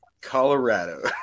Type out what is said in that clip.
Colorado